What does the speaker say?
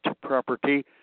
Property